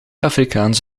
afrikaans